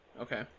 Okay